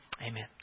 Amen